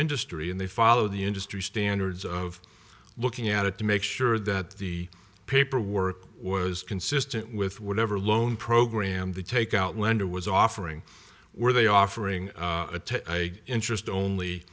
industry and they followed the industry standards of looking at it to make sure that the paperwork was consistent with whatever loan program they take out lender was offering were they offering interest only